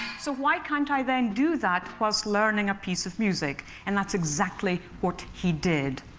so why can't i then do that whilst learning a piece of music? and that's exactly what he did.